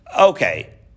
okay